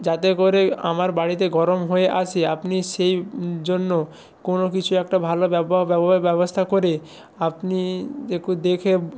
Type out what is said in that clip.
যাতে করে আমার বাড়িতে গরম হয়ে আসে আপনি সেই জন্য কোনো কিছু একটা ভালো ব্যবস্থা করে আপনি একটু দেখে